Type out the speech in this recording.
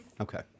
okay